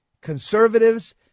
conservatives